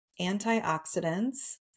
antioxidants